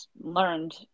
learned